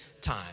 time